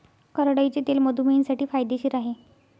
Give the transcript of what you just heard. करडईचे तेल मधुमेहींसाठी फायदेशीर आहे